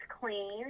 clean